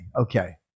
okay